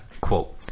Quote